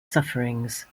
sufferings